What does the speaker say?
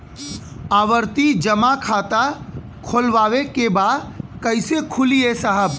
आवर्ती जमा खाता खोलवावे के बा कईसे खुली ए साहब?